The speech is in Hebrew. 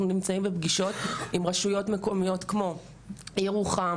נמצאים בפגישות עם רשויות מקומיות כמו ירוחם,